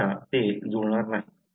अन्यथा ते जुळणार नाही